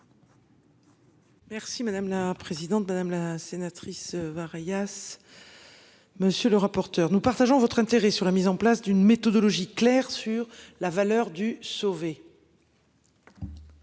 Merci madame la présidente, madame la sénatrice var Elias. Monsieur le rapporteur. Nous partageons votre intérêt sur la mise en place d'une méthodologie claire sur la valeur du sauver.